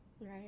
Right